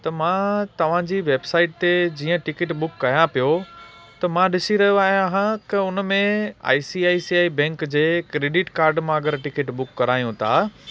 त मां तव्हां जी वेबसाइट ते जीअं टिकिट बुक कयां पियो त मां ॾिसी रहियो आहियां कि उनमें I C I C I bank जे क्रेडिट कार्ड मां अगरि टिकिट बुक करायूं था